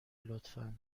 لطفا